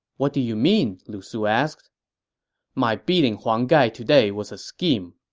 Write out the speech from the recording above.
what do you mean? lu su asked my beating huang gai today was a scheme.